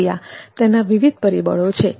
પ્રક્રિયા તેના વિવિધ પરિબળો છે